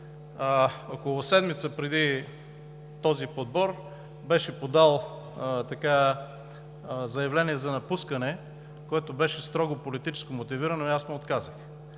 около седмица преди този подбор, беше подал заявление за напускане, което беше строго политически мотивирано, и аз му отказах.